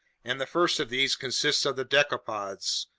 and the first of these consists of the decapods,